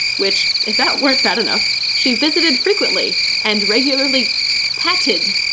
which if that weren't bad enough, she visited frequently and regularly patted,